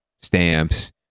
stamps